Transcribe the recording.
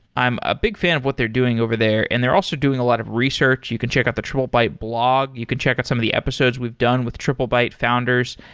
i'm a big fan of what they're doing over there and they're also doing a lot of research. you can check out the triplebyte blog. you can check out some of the episodes we've done with triplebyte founders.